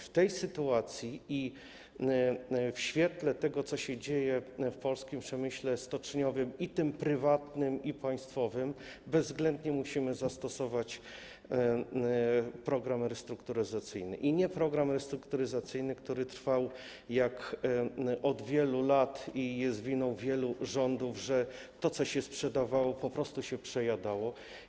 W tej sytuacji i w świetle tego, co się dzieje w polskim przemyśle stoczniowym, i prywatnym, i państwowym, bezwzględnie musimy zastosować program restrukturyzacyjny, i to nie program restrukturyzacyjny, który trwał od wielu lat, a polegał na tym, co jest winą wielu rządów, że to, co się sprzedawało, po prostu się przejadało.